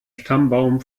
stammbaum